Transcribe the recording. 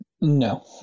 No